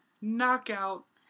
Knockout